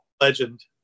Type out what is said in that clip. Legend